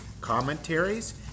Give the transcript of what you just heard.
commentaries